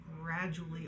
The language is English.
gradually